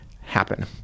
happen